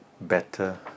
Better